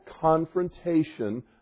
confrontation